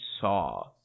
saw